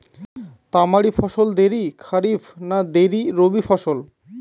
তামারি ফসল দেরী খরিফ না দেরী রবি ফসল?